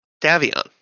Davion